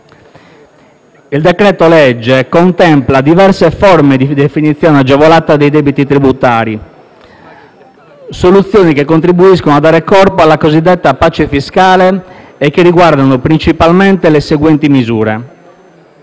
Il decreto-legge in esame contempla diverse forme di definizione agevolata dei debiti tributari, soluzioni che contribuiscono a dare corpo alla cosiddetta pace fiscale e che riguardano principalmente le seguenti misure: